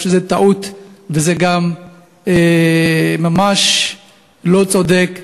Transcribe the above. זאת טעות וזה גם ממש לא צודק.